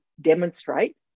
demonstrate